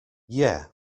yea